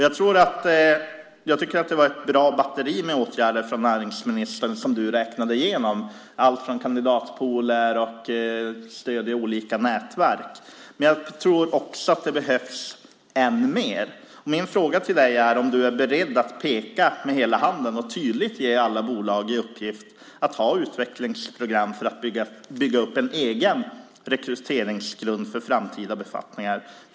Jag tycker att det var ett bra batteri med åtgärder som näringsministern räknade upp - allt ifrån kandidatpooler till stöd i olika nätverk. Men jag tror också att det behövs ännu mer. Min fråga till näringsministern är om hon är beredd att peka med hela handen och tydligt ge alla bolag i uppgift att ha utvecklingsprogram för att bygga upp en egen rekryteringsgrund för framtida befattningar.